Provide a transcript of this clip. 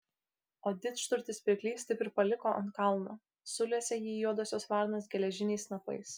o didžturtis pirklys taip ir paliko ant kalno sulesė jį juodosios varnos geležiniais snapais